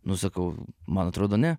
nu sakau man atrodo ne